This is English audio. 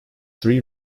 three